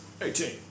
Eighteen